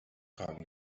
tragen